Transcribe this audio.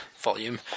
volume